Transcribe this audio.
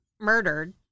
murdered